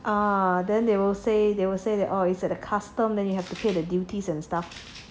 a'ah then they will say they will say that orh is at the customs then you have to pay the duties and stuff